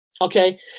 Okay